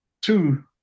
two